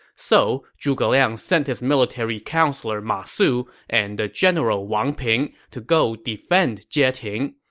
so zhuge liang sent his military counselor ma su and the general wang ping to go defend jieting,